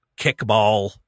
kickball